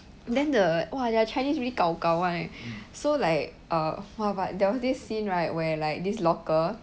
then the !wah! their chinese really gao gao [one] eh so like uh !wah! but there was this scene right where like this locker